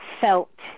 felt